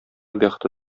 бәхете